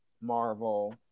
Marvel